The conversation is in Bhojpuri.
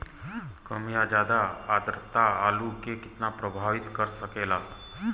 कम या ज्यादा आद्रता आलू के कितना प्रभावित कर सकेला?